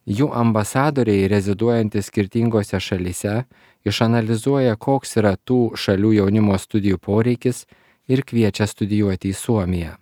jų ambasadoriai reziduojantys skirtingose šalyse išanalizuoja koks yra tų šalių jaunimo studijų poreikis ir kviečia studijuoti į suomiją